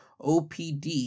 OPD